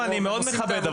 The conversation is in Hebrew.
אני מאוד מכבד,